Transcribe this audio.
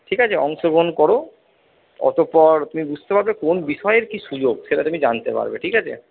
ঠিক আছে অংশগ্রহণ করো অতঃপর তুমি বুঝতে পারবে কোন বিষয়ের কি সুযোগ সেটা তুমি জানতে পারবে ঠিক আছে